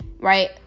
right